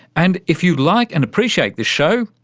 and if you like and appreciate this show,